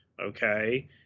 okay